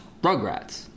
Rugrats